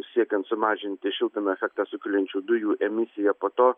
siekiant sumažinti šiltnamio efektą sukeliančių dujų emisiją po to